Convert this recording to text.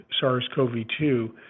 SARS-CoV-2